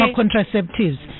contraceptives